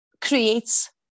creates